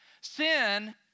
Sin